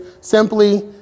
simply